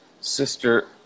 sister